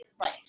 right